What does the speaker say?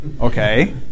Okay